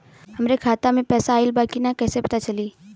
हमरे खाता में पैसा ऑइल बा कि ना कैसे पता चली?